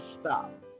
stop